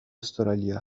استرالیا